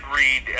read